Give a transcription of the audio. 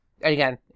again